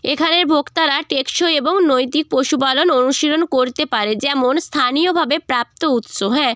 এখানের ভোক্তারা টেকসই এবং নৈতিক পশুপালন অনুশীলন করতে পারে যেমন স্থানীয়ভাবে প্রাপ্ত উৎস হ্যাঁ